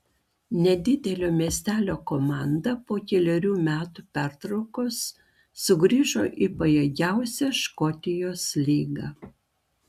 nedidelio miestelio komanda po kelerių metų pertraukos sugrįžo į pajėgiausią škotijos lygą